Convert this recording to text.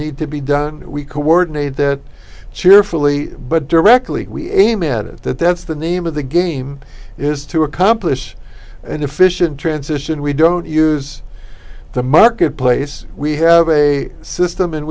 need to be done we coordinate that cheerfully but directly we aim at it that that's the name of the game is to accomplish an efficient transition we don't use the marketplace we have a system in